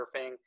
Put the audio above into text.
surfing